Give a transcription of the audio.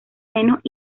menos